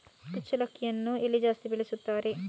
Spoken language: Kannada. ಕುಚ್ಚಲಕ್ಕಿಯನ್ನು ಎಲ್ಲಿ ಜಾಸ್ತಿ ಬೆಳೆಸ್ತಾರೆ?